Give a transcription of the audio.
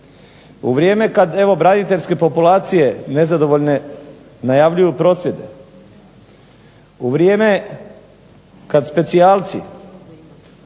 u vrijeme kad evo braniteljske populacije nezadovoljne najavljuju prosvjed, u vrijeme kad specijalci